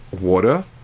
water